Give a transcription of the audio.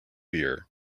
beer